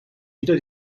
wieder